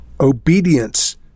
Obedience